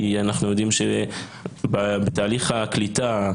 כי אנחנו יודעים שבתהליך הקליטה,